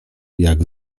jak